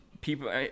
people